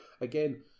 Again